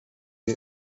mir